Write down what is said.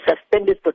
suspended